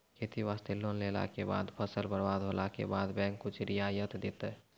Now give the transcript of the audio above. खेती वास्ते लोन लेला के बाद फसल बर्बाद होला के बाद बैंक कुछ रियायत देतै?